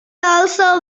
also